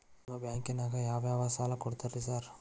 ನಿಮ್ಮ ಬ್ಯಾಂಕಿನಾಗ ಯಾವ್ಯಾವ ಸಾಲ ಕೊಡ್ತೇರಿ ಸಾರ್?